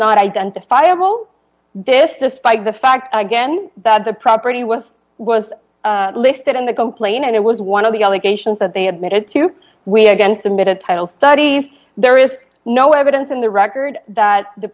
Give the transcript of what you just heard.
not identifiable this despite the fact again that the property was was listed in the complaint and it was one of the allegations that they admitted to we again submit a title study there is no evidence in the record that the